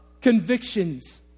convictions